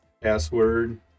Password